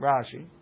Rashi